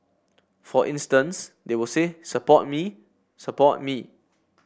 for instance they will say support me support me